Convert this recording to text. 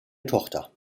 tochter